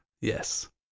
Yes